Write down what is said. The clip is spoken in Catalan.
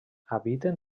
habiten